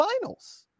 finals